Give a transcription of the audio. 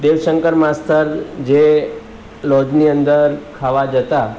દેવશંકર માસ્તર જે લોજની અંદર ખાવા જતાં